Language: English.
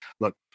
Look